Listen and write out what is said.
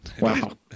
Wow